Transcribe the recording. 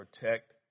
protect